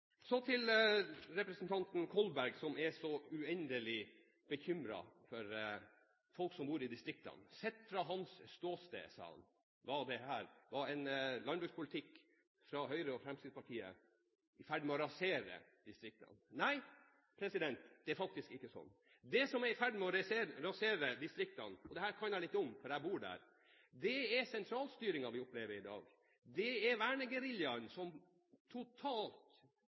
Så til representanten Kolberg, som er så uendelig bekymret for folk som bor i distriktene. Sett fra hans ståsted, sa han, ville en landbrukspolitikk fra Høyre og Fremskrittspartiet vært i ferd med rasere distriktene. Nei, det er faktisk ikke sånn. Det som er i ferd med å rasere distriktene – dette kan jeg litt om, for jeg bor der – er sentralstyringen som vi opplever i dag. Det er vernegeriljaen som er totalt